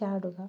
ചാടുക